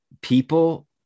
people